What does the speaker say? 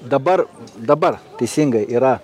dabar dabar teisingai yra